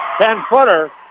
Ten-footer